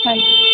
ਹਾਂਜੀ